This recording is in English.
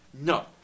No